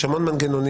יש המון מנגנונים,